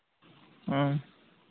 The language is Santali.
ᱦᱚᱸ